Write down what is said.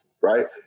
right